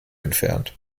entfernt